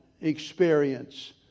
experience